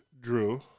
Drew